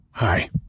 Hi